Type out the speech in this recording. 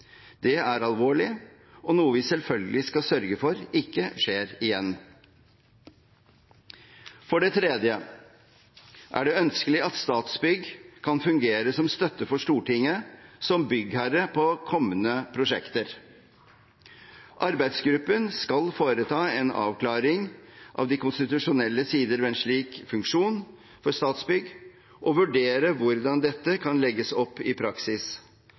Det er alvorlig og noe vi selvfølgelig skal sørge for ikke skjer igjen. For det tredje er det ønskelig at Statsbygg kan fungere som støtte for Stortinget som byggherre på kommende prosjekter. Arbeidsgruppen skal foreta en avklaring av de konstitusjonelle sider ved en slik funksjon for Statsbygg og vurdere hvordan dette kan legges opp i praksis,